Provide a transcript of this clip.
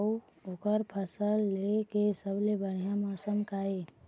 अऊ ओकर फसल लेय के सबसे बढ़िया मौसम का ये?